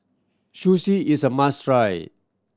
sushi is a must try